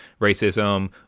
racism